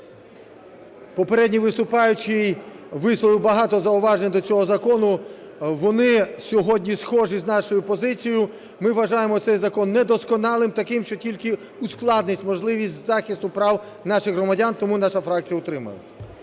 Попередній виступаючий висловив багато зауважень до цього закону. Вони сьогодні схожі з нашою позицією. Ми вважаємо цей закон недосконалим, таким, що тільки ускладнить можливість захисту прав наших громадян. Тому наша фракція утрималась.